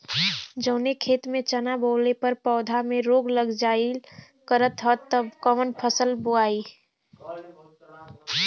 जवने खेत में चना बोअले पर पौधा में रोग लग जाईल करत ह त कवन फसल बोआई?